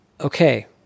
okay